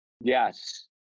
Yes